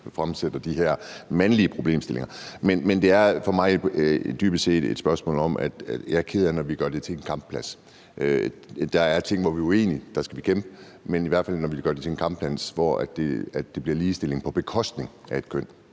fremstiller de her mandlige problemstillinger. Men det er for mig dybest set et spørgsmål om, at jeg er ked af det, når vi gør det til en kampplads. Der er ting, hvor vi er uenige, og der skal vi kæmpe, men jeg er ked af det, når vi gør det til en kampplads, hvor det bliver ligestilling på bekostning af et køn